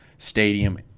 Stadium